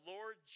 Lord